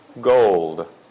gold